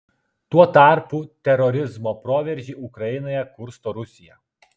tuo tarpu terorizmo proveržį ukrainoje kursto rusija